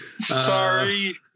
Sorry